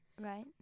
right